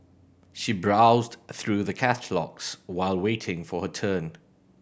she browsed through the catalogues while waiting for her turn